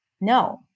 No